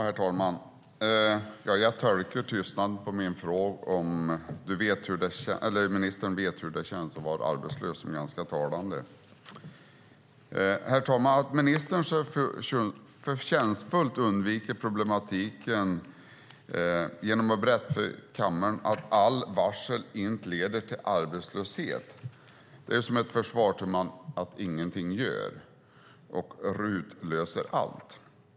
Herr talman! Jag uppfattar tystnaden på min fråga om ministern vet hur det känns att vara arbetslös som ganska talande. Att ministern så förtjänstfullt undviker problematiken genom att berätta för kammaren att alla varsel inte leder till arbetslöshet är som ett försvar för att man ingenting gör och att RUT löser allt.